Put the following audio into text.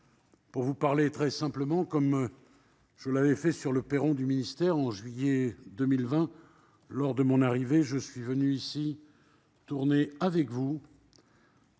Pour vous parler très simplement, comme je l'avais fait sur le perron du ministère en juillet 2020, lors de mon entrée en fonctions, je viens surtout tourner, avec vous,